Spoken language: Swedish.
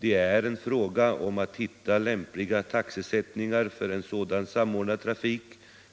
Det är en fråga om att hitta lämpliga taxesättningar för en sådan samordnad trafik